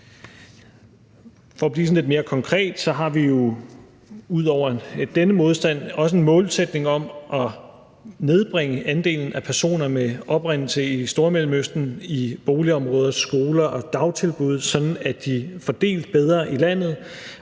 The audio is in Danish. at blive lidt mere konkret har vi jo ud over denne modstand også en målsætning om at nedbringe andelen af personer med oprindelse i Stormellemøsten i boligområder, skoler og dagtilbud, sådan at de er fordelt bedre i landet,